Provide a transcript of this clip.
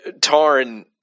Tarn